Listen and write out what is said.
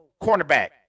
cornerback